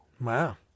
Wow